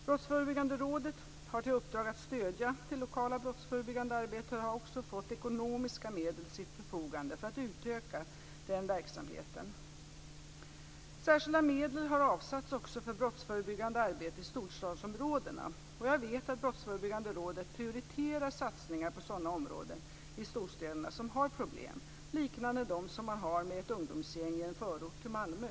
Brottsförebyggande rådet har i uppdrag att stödja det lokala brottsförebyggande arbetet och har också fått ekonomiska medel till sitt förfogande för att utöka denna verksamhet. Särskilda medel har avsatts också för brottsförebyggande arbete i storstadsområdena, och jag vet att Brottsförebyggande rådet prioriterar satsningar på sådana områden i storstäderna som har problem, liknande dem som man har med ett ungdomsgäng i en förort till Malmö.